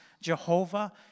Jehovah